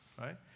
right